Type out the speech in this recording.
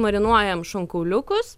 marinuojam šonkauliukus